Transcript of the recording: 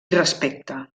respecte